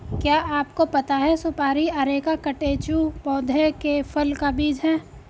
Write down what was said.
क्या आपको पता है सुपारी अरेका कटेचु पौधे के फल का बीज है?